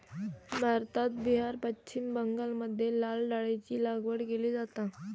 भारतात बिहार, पश्चिम बंगालमध्ये लाल डाळीची लागवड केली जाता